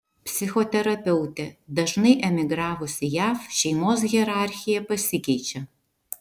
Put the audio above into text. psichoterapeutė dažnai emigravus į jav šeimos hierarchija pasikeičia